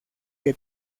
que